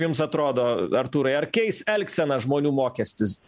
jums atrodo artūrai ar keis elgseną žmonių mokestis